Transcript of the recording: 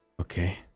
Okay